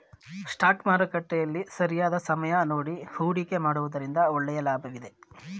stock ಮಾರುಕಟ್ಟೆಯಲ್ಲಿ ಸರಿಯಾದ ಸಮಯ ನೋಡಿ ಹೂಡಿಕೆ ಮಾಡುವುದರಿಂದ ಒಳ್ಳೆಯ ಲಾಭವಿದೆ